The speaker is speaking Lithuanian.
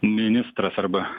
ministras arba